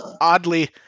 oddly